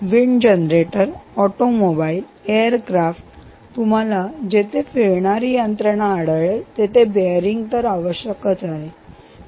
wind generator automobiles एअरक्राफ्ट्समध्ये तुम्हाला जेथे फिरणारी यंत्रणा आढळेल तेथे बेअरिंग आवश्यक असेल